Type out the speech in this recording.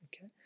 Okay